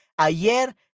ayer